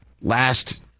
last